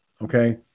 okay